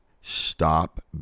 Stop